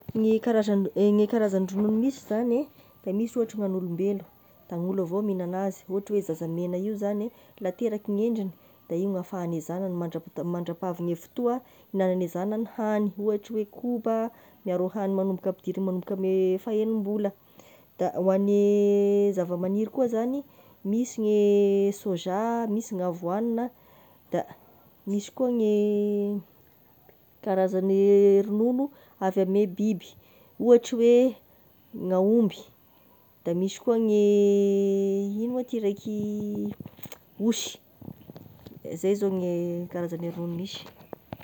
Ny karazagny, e ny karazan-dronono misy zagny e, da misy ohatry gnan'olombelo, da ny olo avao mignana azy, ohatry oe zaza mena io zagny la teraky ny endriny de igny no hafahagne zagnany, mandrap- mandrapahavine fotoa hignanagne zagnany hany ohatry oe koba, miaro hany manomboka hampidira manomboka ame faha-enimbola. Da ho ane zava-magniry koa zagny misy gne sôza, misy gny avoanina, da misy koa ny karazagny ronono avy ame biby, ohatry hoe gn'omby, da misy koa ny ino moa ty raiky osy, zay zao ny karazagne ronono misy.